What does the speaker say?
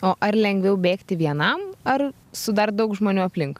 o ar lengviau bėgti vienam ar su dar daug žmonių aplink